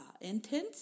intense